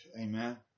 Amen